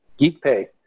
geekpay